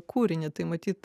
kūrinį tai matyt